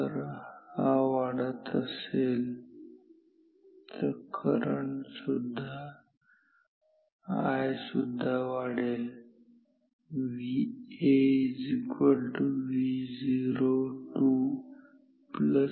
जर हा वाढत असेल तर करंट I सुद्धा वाढेल